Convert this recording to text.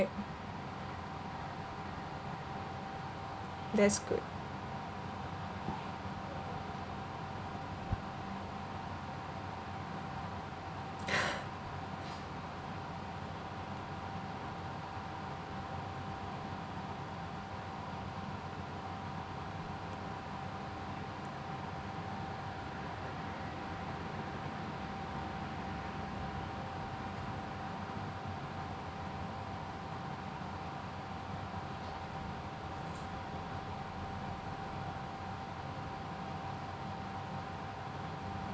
that's good